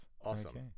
Awesome